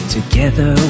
Together